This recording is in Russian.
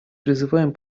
призываем